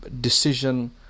decision